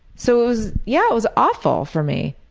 so it was yeah it was awful for me.